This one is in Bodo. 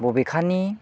बबेखानि